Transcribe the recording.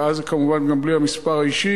ואז זה כמובן גם בלי המספר האישי,